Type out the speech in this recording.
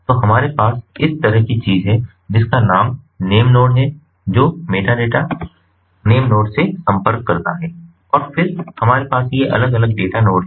तो हमारे पास इस तरह की चीज है जिसका नाम नेम नोड है जो मेटाडेटा नेम नोड से संपर्क करता है और फिर हमारे पास ये अलग अलग डेटा नोड हैं